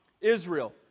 Israel